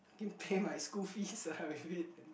pay my school fee ah with it